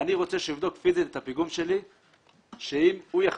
אני רוצה שהוא יבדוק פיזית את הפיגום שלי,